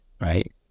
right